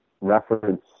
reference